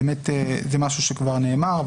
זה משהו שכבר נאמר,